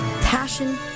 Passion